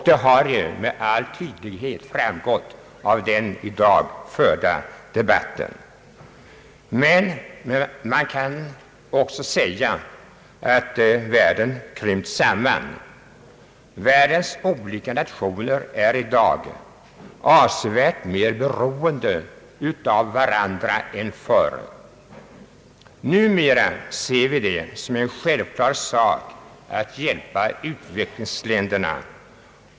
Det har med all tydlighet framgått av den i dag förda debatten. Men man kan också säga att världen har krympt samman. Världens olika nationer är i dag avsevärt mer beroende av varandra än förr. Numera ser vi det som en självklar sak att hjälpa utvecklingsländerna.